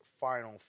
final